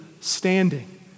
standing